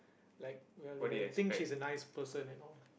like well if I think she's a nice person and all